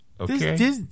okay